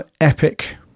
epic